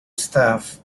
staff